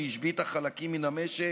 שהשביתה חלקים מן המשק,